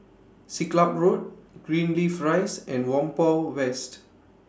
Siglap Road Greenleaf Rise and Whampoa West